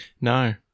No